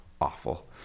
awful